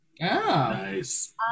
nice